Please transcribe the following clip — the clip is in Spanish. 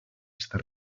esta